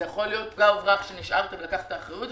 זה יכול להיות פגע וברח שנשארת ולקחת את האחריות,